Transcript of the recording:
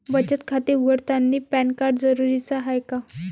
बचत खाते उघडतानी पॅन कार्ड जरुरीच हाय का?